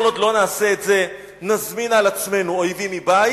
כל עוד לא נעשה את זה נזמין על עצמנו אויבים מבית